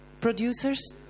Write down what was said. producers